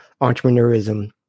entrepreneurism